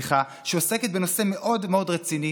שעוסקת בנושא מאוד מאוד רציני,